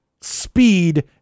speed